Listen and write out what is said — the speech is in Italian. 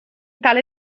tale